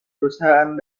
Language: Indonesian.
perusahaan